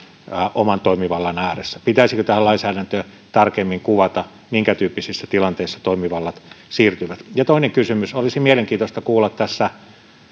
oman toimivallan ääressä pitäisikö tähän lainsäädäntöön tarkemmin kuvata minkä tyyppisissä tilanteissa toimivallat siirtyvät ja toinen kysymys olisi mielenkiintoista kuulla tässä